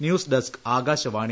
news desk Akashvani